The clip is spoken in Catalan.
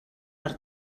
per